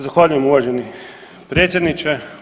Zahvaljujem uvaženi predsjedniče.